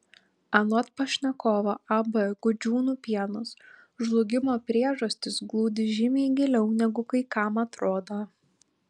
anot pašnekovo ab gudžiūnų pienas žlugimo priežastys glūdi žymiai giliau negu kai kam atrodo